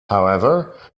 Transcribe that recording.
however